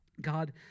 God